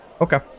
Okay